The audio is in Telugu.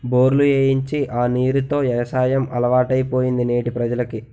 బోర్లు ఏయించి ఆ నీరు తో యవసాయం అలవాటైపోయింది నేటి ప్రజలకి